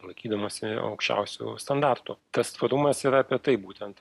laikydamosi aukščiausių standartų tas tvarumas yra apie tai būtent